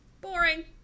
boring